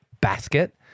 basket